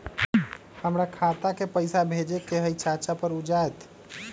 हमरा खाता के पईसा भेजेए के हई चाचा पर ऊ जाएत?